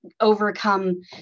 overcome